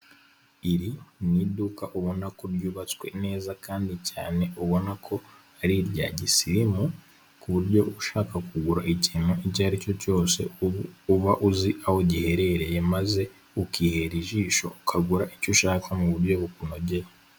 Iri ni iduka ubona ko ryubatswe neza kandi cyane ubona ko ari irya gisirimu ku buryo ushaka kugura ikintu icyo ari cyo cyose uba uzi aho giherereye maze ukihera ijisho ukagura icyo ushaka mu buryo bukunogeraye.